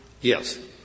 Yes